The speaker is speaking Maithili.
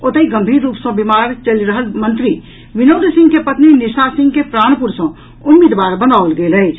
ओतहि गम्भीर रूप सँ बीमार चलि रहल मंत्री विनोद सिंह के पत्नी निशा सिंह के प्राणपुर सँ उम्मीदवार बनाओल गेल अछि